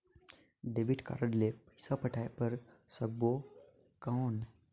Debit card ले पइसा पटाय बार सकबो कौन?